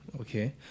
Okay